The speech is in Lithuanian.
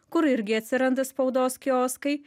kur irgi atsiranda spaudos kioskai